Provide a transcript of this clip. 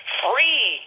free